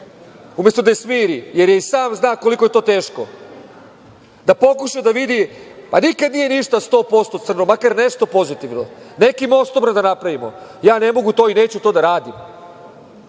umesto da je smiri jer je i sam zna koliko je to teško, da pokuša da vidi, a nikad nije ništa sto posto crno, makar nešto pozitivno, neki mostobran da napravimo. Ja ne mogu to i neću to da radim.